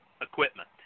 equipment